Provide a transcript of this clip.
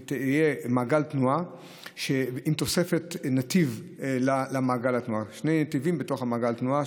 יהיה מעגל תנועה עם תוספת נתיב למעגל התנועה שני נתיבים במעגל התנועה,